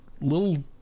little